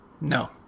No